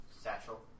satchel